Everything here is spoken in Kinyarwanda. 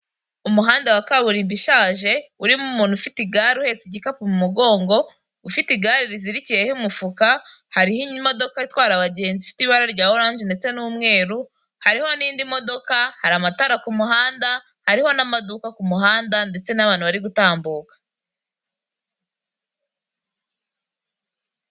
Umuhanda wa kaburimbo ishaje, urimo umuntu ufite igarie uhetse igipapuro mumugondo, ufite igare rizirikiyeho umufuka, hariho imodoka itwara abagenzi ifite ibara rya oranje ndetse n' umweru hariho nindi modoka, hari amatara kumuhanda ,hariho namaduka kumuhanda, ndetse nabantu bari gutambuka.